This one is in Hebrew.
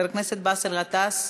חבר הכנסת באסל גטאס,